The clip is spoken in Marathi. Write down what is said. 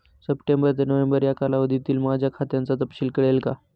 सप्टेंबर ते नोव्हेंबर या कालावधीतील माझ्या खात्याचा तपशील कळेल का?